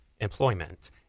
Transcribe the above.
employment